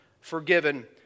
forgiven